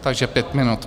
Takže pět minut.